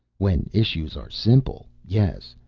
when issues are simple, yes.